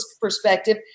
perspective